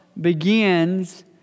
begins